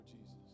Jesus